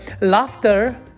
Laughter